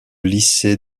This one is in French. lycée